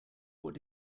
what